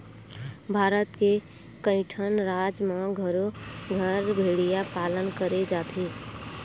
भारत के कइठन राज म घरो घर भेड़िया पालन करे जाथे